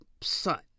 son